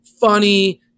funny